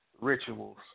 rituals